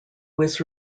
was